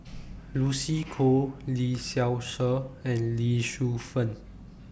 Lucy Koh Lee Seow Ser and Lee Shu Fen